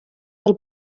del